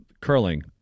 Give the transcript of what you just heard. curling